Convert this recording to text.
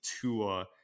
Tua